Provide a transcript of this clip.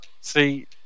see